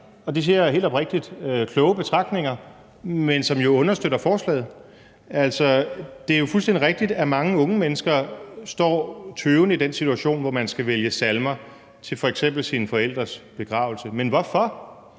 siger jeg helt oprigtigt – kloge betragtninger, men som jo understøtter forslaget. Altså, det er jo fuldstændig rigtigt, at mange unge mennesker står tøvende i den situation, hvor de skal vælge salmer til f.eks. deres forældres begravelse, men hvorfor?